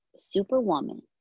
superwoman